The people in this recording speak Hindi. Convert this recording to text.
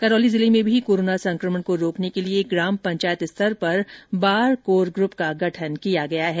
करौली जिले में भी कोरोना संकमण को रोकने के लिए ग्राम पंचायत स्तर पर बार कोर ग्रूप का गठन किया गया है